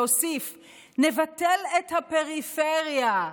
והוסיף: נבטל את הפריפריה.